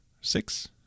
Six